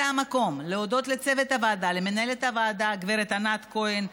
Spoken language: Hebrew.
זה המקום להודות לצוות הוועדה למנהל הוועדה הגברת ענת כהן שמואל,